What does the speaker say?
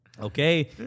Okay